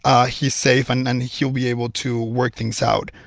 ah he's safe. and and he'll be able to work things out.